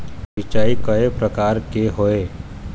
सिचाई कय प्रकार के होये?